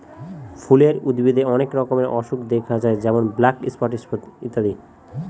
ফুলের উদ্ভিদে অনেক রকমের অসুখ দেখা যায় যেমন ব্ল্যাক স্পট ইত্যাদি